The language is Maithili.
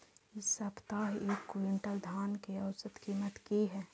इ सप्ताह एक क्विंटल धान के औसत कीमत की हय?